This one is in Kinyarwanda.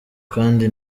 kandi